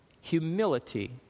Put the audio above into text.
Humility